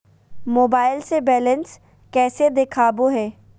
Mobile से balance कैसे देखाबो है?